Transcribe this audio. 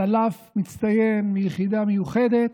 צלף מצטיין מיחידה מיוחדת,